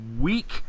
week